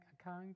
account